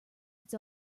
its